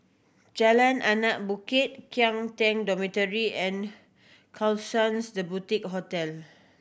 Jalan Anak Bukit Kian Teck Dormitory and Klapsons The Boutique Hotel